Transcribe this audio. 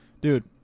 Dude